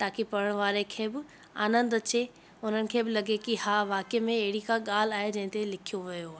ताकी पढ़ण वारे खे बि आनंदु अचे उन्हनि खे बि लॻे की हा वाक़ई में अहिड़ी का ॻाल्हि आहे जंहिं ते लिखियो वियो आहे